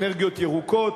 אנרגיות ירוקות,